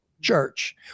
Church